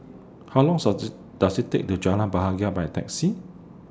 How Long Does IT Take to Jalan Bahagia By Taxi